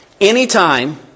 anytime